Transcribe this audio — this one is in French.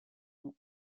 dans